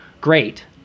great